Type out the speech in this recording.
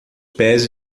pés